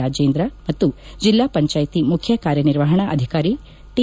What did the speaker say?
ರಾಜೇಂದ್ರ ಮತ್ತು ಜಿಲ್ಲಾ ಪಂಚಾಯಿತಿ ಮುಖ್ಯ ಕಾರ್ಯನಿರ್ವಹಣಾಧಿಕಾರಿ ಟಿ